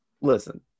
listen